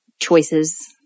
choices